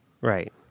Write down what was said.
right